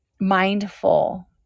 mindful